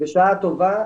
בשעה טובה,